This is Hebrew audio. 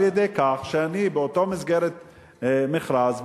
על-ידי כך שבאותו מכרז,